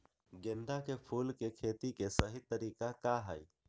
गेंदा के फूल के खेती के सही तरीका का हाई?